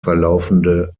verlaufende